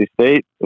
State